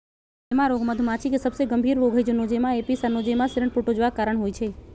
Nosema रोग मधुमाछी के सबसे गंभीर रोग हई जे नोज़ेमा एपिस आ नोज़ेमा सेरेने प्रोटोज़ोआ के कारण होइ छइ